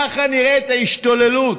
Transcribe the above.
ככה נראית ההשתוללות,